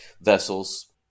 vessels